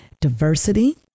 diversity